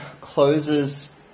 closes